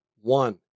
One